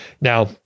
now